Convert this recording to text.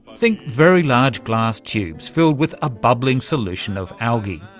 think very large glass tubes filled with a bubbling solution of algae.